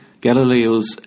Galileo's